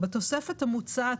(ב)לא יוסמך מפקח לפי סעיף קטן (א),